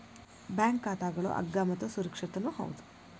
bank ಖಾತಾಗಳು ಅಗ್ಗ ಮತ್ತು ಸುರಕ್ಷಿತನೂ ಹೌದು